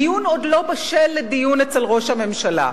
הנושא עוד לא בשל לדיון אצל ראש הממשלה.